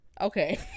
Okay